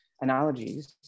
analogies